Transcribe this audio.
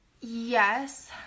yes